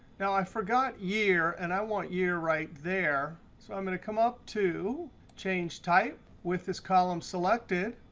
now, i forgot year. and i want year right there. so i'm going to come up to change type with this column selected.